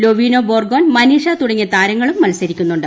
ലോവിനോ ബോർഗോൻ മനീഷാ തുടങ്ങിയ താരങ്ങളും മത്സരിക്കുന്നുണ്ട്